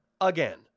again